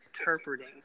interpreting